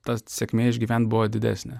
ta sėkmė išgyvent buvo didesnė